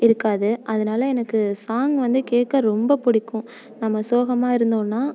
இருக்காது அதனால எனக்கு சாங் வந்து கேட்க ரொம்ப பிடிக்கும் நம்ம சோகமாக இருந்தோன்னா